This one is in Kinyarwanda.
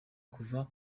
kuva